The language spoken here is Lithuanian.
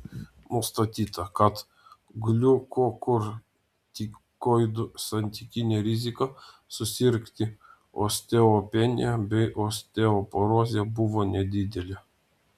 nustatyta kad gliukokortikoidų santykinė rizika susirgti osteopenija bei osteoporoze buvo nedidelė